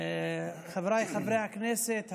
חבריי חברי הכנסת,